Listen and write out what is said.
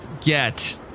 get